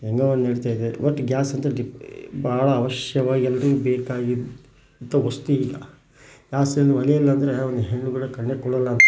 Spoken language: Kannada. ಹೆಂಗೋ ಒಂದು ನಡೀತೈತೆ ಒಟ್ಟು ಗ್ಯಾಸ್ ಅಂತೂ ಗಿ ಭಾಳ ಅವಶ್ಯವಾಗಿ ಎಲ್ಲರಿಗೂ ಬೇಕಾಗಿದ್ದ ವಸ್ತು ಈಗ ಗ್ಯಾಸಿಂದು ಒಲೆ ಇಲ್ಲ ಅಂದರೆ ಒಂದು ಹೆಣ್ಣು ಕೂಡ ಕಣ್ಣೆತ್ತಿ ನೋಡೋಲ್ಲ ಅಂತ